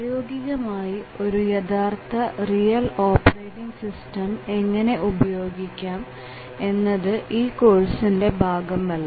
പ്രായോഗികമായ ഒരു യഥാർത്ഥ റിയൽ ഓപ്പറേറ്റിങ് സിസ്റ്റം എങ്ങനെ ഉപയോഗിക്കാം എന്നത് ഈ കോഴ്സിന്റെ ഭാഗമല്ല